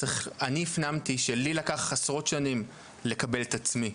אני הפנמתי שלי לקח עשרות שנים לקבל את עצמי,